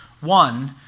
One